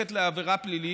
והופכת לעבירה פלילית,